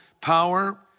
power